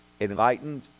enlightened